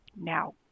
Now